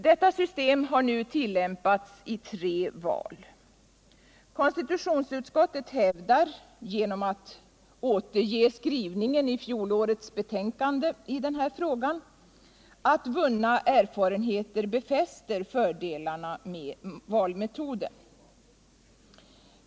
Detta system har nu tillämpats i tre val. Konstitutionsutskottet hävdar, genom att återge skrivningen i fjolårets betänkande i denna fråga, att vunna erfarenheter befäster fördelarna med valmetoden.